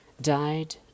died